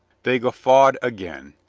they guffawed again.